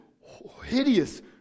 hideous